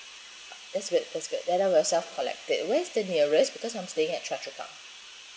that's good that's good then I will self collect it where is the nearest because I'm staying at choa chu kang